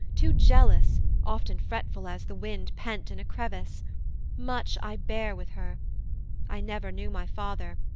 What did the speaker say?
too jealous, often fretful as the wind pent in a crevice much i bear with her i never knew my father,